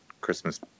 Christmas